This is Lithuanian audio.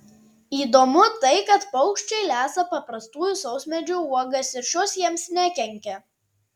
įdomu tai kad paukščiai lesa paprastųjų sausmedžių uogas ir šios jiems nekenkia